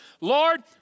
Lord